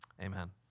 Amen